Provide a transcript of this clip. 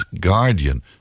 guardian